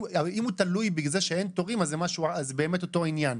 אם הוא תלוי בזה שאין תורים זה באמת אותו עניין,